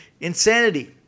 Insanity